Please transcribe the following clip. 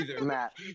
Matt